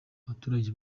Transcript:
abaturage